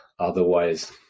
Otherwise